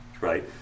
right